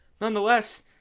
nonetheless